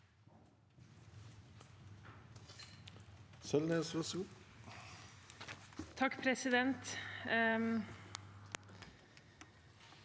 Takk, president.